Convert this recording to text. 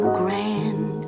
grand